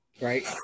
Right